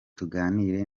tuganire